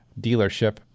dealership